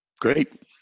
Great